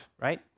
right